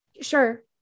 Sure